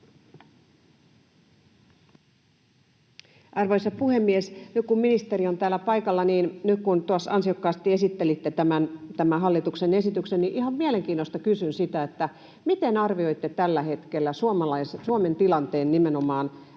Arvoisa puhemies! Nyt kun ministeri on täällä paikalla ja ansiokkaasti esittelitte tämän hallituksen esityksen, niin ihan mielenkiinnosta kysyn sitä, miten arvioitte tällä hetkellä Suomen tilanteen nimenomaan